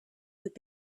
would